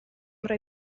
roi